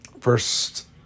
first